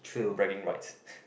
bragging rights